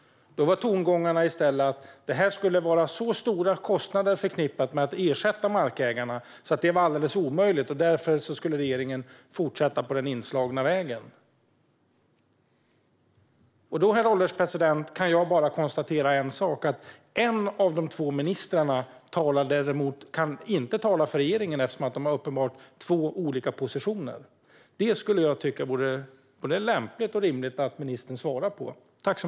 Då var tongångarna i stället att det skulle vara så stora kostnader förknippade med att ersätta markägarna att det var alldeles omöjligt. Därför skulle regeringen fortsätta på den inslagna vägen. Herr ålderspresident! Då kan jag bara konstatera en sak: En av de två ministrarna kan inte tala för regeringen eftersom de uppenbart har två olika positioner. Det skulle jag tycka vore både lämpligt och rimligt att ministern svarar på.